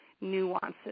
nuances